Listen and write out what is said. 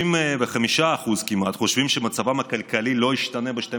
55% כמעט חושבים שמצבם הכלכלי לא ישתנה ב-12